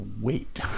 wait